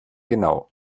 genau